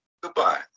Goodbye